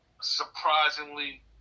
surprisingly